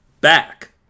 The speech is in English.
back